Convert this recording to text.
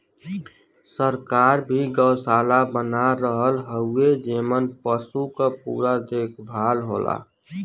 सरकार भी गौसाला बना रहल हउवे जेमन पसु क पूरा देखभाल होला